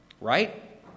Right